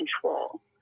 control